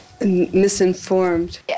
misinformed